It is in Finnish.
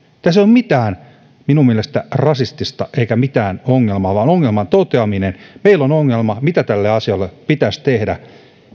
tässä ei ole minun mielestäni mitään rasistista eikä mitään ongelmaa vaan ongelman toteaminen meillä on ongelma mitä tälle asialle pitäisi tehdä